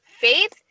Faith